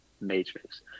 matrix